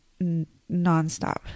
nonstop